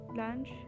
lunch